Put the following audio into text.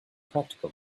practical